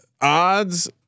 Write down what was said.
Odds